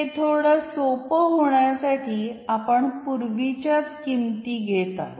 हे थोडं सोपं होण्यासाठी आपण पूर्वीच्याच किमती घेत आहोत